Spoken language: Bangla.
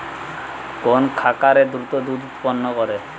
কোন খাকারে দ্রুত দুধ উৎপন্ন করে?